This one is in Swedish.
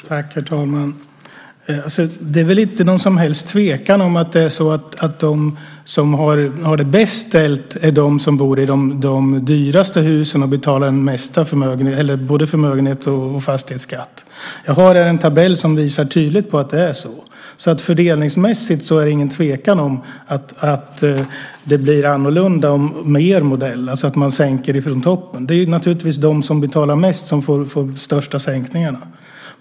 Herr talman! Det är väl inte någon som helst tvekan om att de som har det bäst ställt är de som bor i de dyraste husen och betalar mest förmögenhets och fastighetsskatt. Jag har en tabell som tydligt visar att det är så. Fördelningsmässigt är det ingen tvekan om att det blir annorlunda med er modell, alltså att man sänker från toppen. Det är naturligtvis de som betalar mest som får de största sänkningarna.